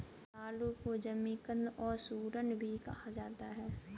रतालू को जमीकंद और सूरन भी कहा जाता है